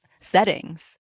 settings